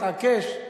התעקש,